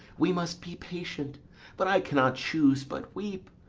we must be patient but i cannot choose but weep,